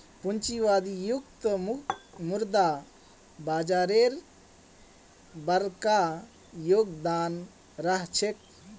पूंजीवादी युगत मुद्रा बाजारेर बरका योगदान रह छेक